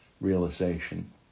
realization